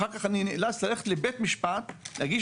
אחר כך אני נאלץ ללכת לבית משפט ולהגיש